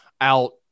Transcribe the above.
out